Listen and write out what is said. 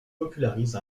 popularise